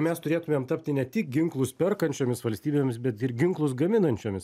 mes turėtumėm tapti ne tik ginklus perkančiomis valstybėmis bet ir ginklus gaminančiomis